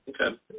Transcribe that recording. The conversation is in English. Okay